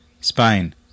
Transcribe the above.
Spain